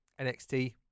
NXT